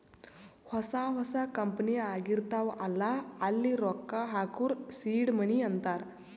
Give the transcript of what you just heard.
ಹೊಸಾ ಹೊಸಾ ಕಂಪನಿ ಆಗಿರ್ತಾವ್ ಅಲ್ಲಾ ಅಲ್ಲಿ ರೊಕ್ಕಾ ಹಾಕೂರ್ ಸೀಡ್ ಮನಿ ಅಂತಾರ